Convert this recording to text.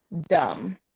Dumb